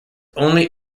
only